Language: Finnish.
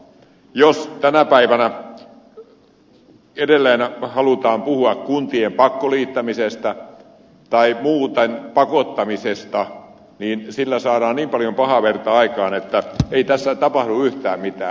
jos tänä päivänä edelleen halutaan puhua kuntien pakkoliittämisestä tai muuten pakottamisesta niin sillä saadaan niin paljon pahaa verta aikaan että ei tässä tapahdu yhtään mitään